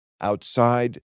outside